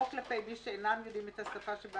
או כלפי מי שאינם יודעים את השפה שבה